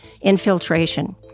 infiltration